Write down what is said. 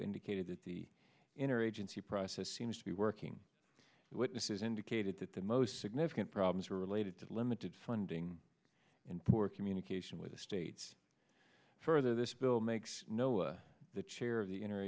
indicated that the inner agency process seems to be working the witnesses indicated that the most significant problems were related to limited funding and poor communication with the states further this bill makes no the chair of the inner